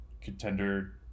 contender